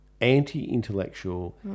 anti-intellectual